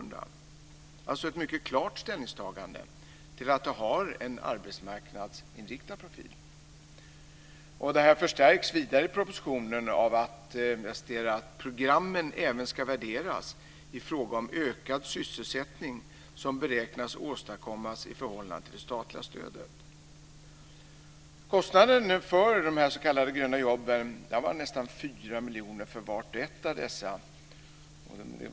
Det var alltså ett mycket klart ställningstagande till att de har en arbetsmarknadsinriktad profil. Det här förstärks vidare i propositionen av att det skrivs att programmen även ska värderas i fråga om ökad sysselsättning som beräknas åstadkommas i förhållande till det statliga stödet. Kostnaden för de här s.k. gröna jobben var nästan 4 miljoner för vart och ett av dessa.